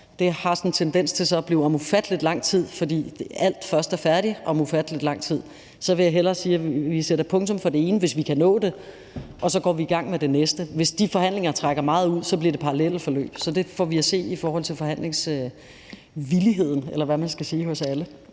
det har sådan en tendens til at blive om ufattelig lang tid, fordi alt først er færdigt om ufattelig lang tid – så vil jeg hellere sige, at vi sætter punktum for det ene, hvis vi kan nå det, og så går vi i gang med det næste. Hvis de forhandlinger trækker meget ud, bliver det parallelle forløb. Så det får vi at se i forhold til forhandlingsvilligheden, eller hvad man skal sige, hos alle.